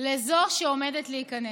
לזו שעומדת להיכנס.